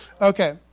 Okay